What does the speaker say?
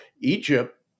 Egypt